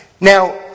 Now